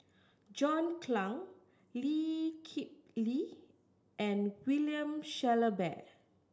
John Clang Lee Kip Lee and William Shellabear